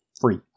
free